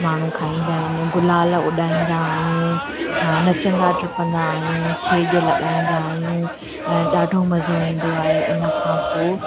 माण्हू खाईंदा आहिनि गुलाल उॾाईंदा आहियूं नचंदा टिपंदा आहियूं छेॼ लॻाईंदा आहियूं ऐं ॾाढो मज़ो ईंदो आहे उन खां पोइ